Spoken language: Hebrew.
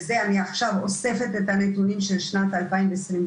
אני עכשיו אוספת את הנתונים של שנת 2021,